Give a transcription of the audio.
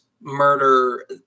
murder